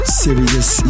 serious